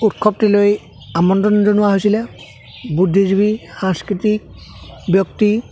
উৎসৱটিলৈ আমন্ত্ৰণ জনোৱা হৈছিলে বুদ্ধিজীৱী সাংস্কৃতিক ব্যক্তি